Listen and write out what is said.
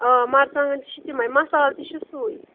مَرژوانٛگن تہِ چھِ تمے مصالہٕ تہِ چھُ سُے